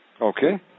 Okay